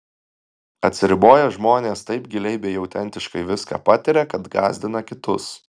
atsiriboję žmonės taip giliai bei autentiškai viską patiria kad gąsdina kitus